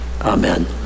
Amen